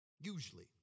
Usually